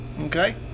Okay